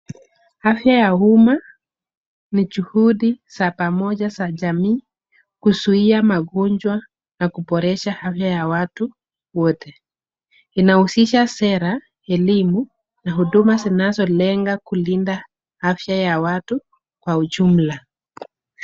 Afya ya umma ni juhudi za pamoja za jamii kuzuia magonjwa na kuboresha afya ya watu wote. Inahusisha sera , elimu na huduma zinazo lenga kulinda afya ya watu kwa ujumla.